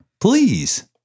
Please